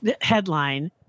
headline